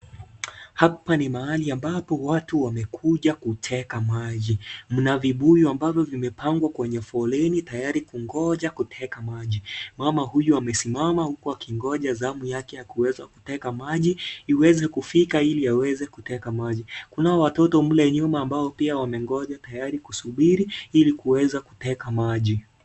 Hapa ni mahali ambapo watu wamekuja kuteka maji. Mna vibuyu ambazo zimepangwa kwenye foleni tayari kungoja kuteka maji. Mama huyo amesimama huku akingoja zamu yake ya kuweza kuteka maji iweze kufika ili aweze kuteka maji. Kunao watoto mle nyuma ambao pia wamengoja tayari kusubiri ili kuweza kuteka maji.